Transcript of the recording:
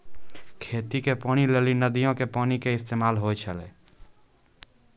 खेती के पानी लेली नदीयो के पानी के इस्तेमाल होय छलै